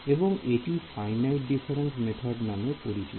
এবং এটি finite difference method নামে পরিচিত